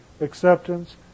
acceptance